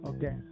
Okay